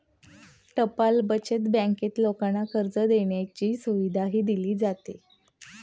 टपाल बचत बँकेत लोकांना कर्ज देण्याची सुविधाही दिली जाते